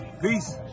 Peace